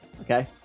okay